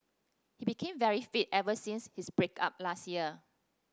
he became very fit ever since his break up last year